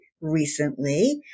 recently